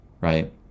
right